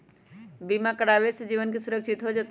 बीमा करावे से जीवन के सुरक्षित हो जतई?